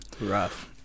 Rough